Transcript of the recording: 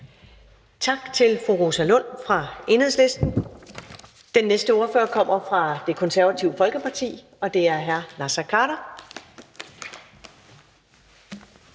Tak til fru Rosa Lund fra Enhedslisten. Den næste ordfører kommer fra Det Konservative Folkeparti, og det er hr. Naser Khader.